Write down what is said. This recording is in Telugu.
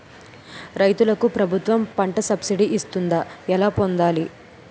రైతులకు ప్రభుత్వం పంట సబ్సిడీ ఇస్తుందా? ఎలా పొందాలి?